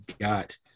got